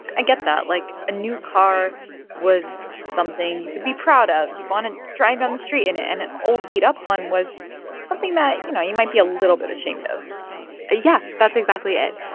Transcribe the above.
i get that. like, a new car was something you could be proud of. you'd want to drive down the street in it. and an old, beat-up one was something that, you know, you might be a little bit ashamed of yeah, that's exactly it.